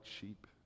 sheep